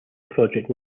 project